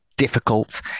Difficult